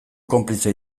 konplize